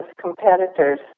competitors